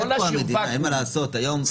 לא להשאיר ואקום.